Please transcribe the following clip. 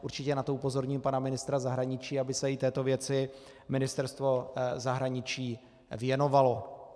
Určitě na to upozorním pana ministra zahraničí, aby se i této věci Ministerstvo zahraničí věnovalo.